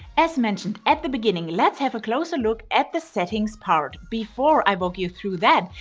as mentioned at the beginning, let's have a closer look at the settings part. before i walk you through that,